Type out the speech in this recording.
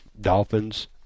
dolphins